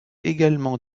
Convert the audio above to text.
également